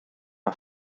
mae